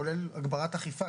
כולל הגברת אכיפה,